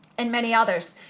and many others.